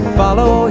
follow